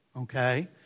okay